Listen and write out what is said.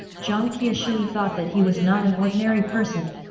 jiang qiushui thought that he was not an ordinary person.